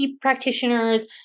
practitioners